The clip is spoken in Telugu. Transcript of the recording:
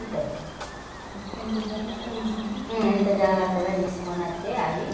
ఉంటుంది ఎంత జాగ్రత్తగా తీసుకొని వస్తే అవి